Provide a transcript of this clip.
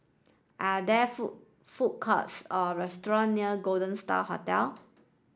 are there food food courts or restaurant near Golden Star Hotel